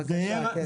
בבקשה כן.